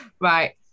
right